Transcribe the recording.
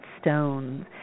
stones